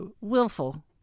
willful